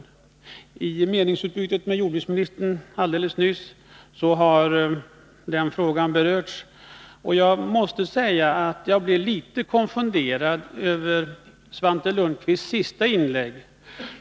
I Svante Lundkvists meningsutbyte med jordbruksministern för en liten stund sedan berördes den frågan. Jag måste säga att jag blev litet konfunderad över Svante Lundkvists inlägg.